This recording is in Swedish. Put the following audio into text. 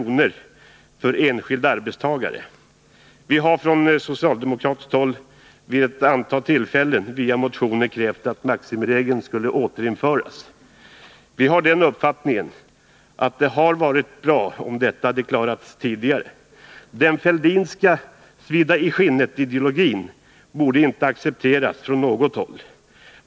i skadeståndsansvar för enskild arbetstagare. Vi har från socialdemokratiskt håll vid ett antal tillfällen via motioner krävt att maximiregeln skall återinföras. Vi har den uppfattningen att det hade varit bra om detta hade klarats tidigare. Den Fälldinska ”svida i skinnet-ideologin” borde inte accepteras från något håll.